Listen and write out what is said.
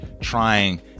trying